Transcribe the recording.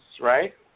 Right